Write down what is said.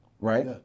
right